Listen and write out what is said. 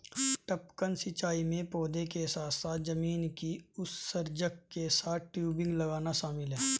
टपकन सिंचाई में पौधों के साथ साथ जमीन पर उत्सर्जक के साथ टयूबिंग लगाना शामिल है